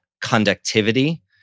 conductivity